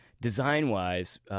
design-wise